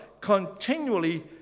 continually